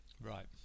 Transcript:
right